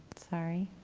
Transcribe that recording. sorry!